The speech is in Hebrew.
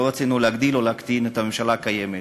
לא רצינו להגדיל או להקטין את הממשלה הקיימת.